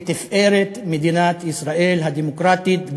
לתפארת מדינת ישראל הדמוקרטית,